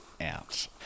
out